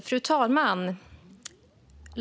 Fru talman!